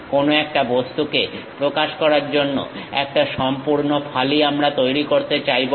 কোনো একটা বস্তুকে প্রকাশ করার জন্য একটা সম্পূর্ণ ফালি আমরা তৈরি করতে চাইবো না